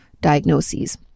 diagnoses